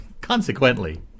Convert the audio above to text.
Consequently